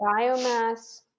biomass